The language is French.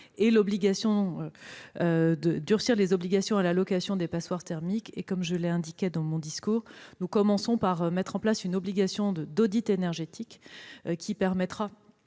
le durcissement des obligations à la location des passoires thermiques, comme je l'ai indiqué dans mon intervention liminaire, nous commençons par mettre en place une obligation d'audit énergétique, ce qui permettra